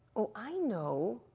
oh, i know,